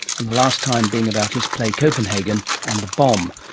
and the last time being about his play copenhagen and the bomb.